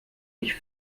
ich